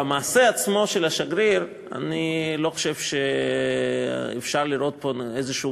במעשה עצמו של השגריר אני לא חושב שאפשר לראות איזשהו